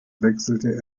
wechselte